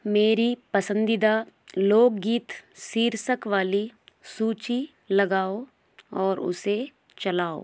मेरी पसंदीदा लोक गीत शीर्षक वाली सूची लगाओ और उसे चलाओ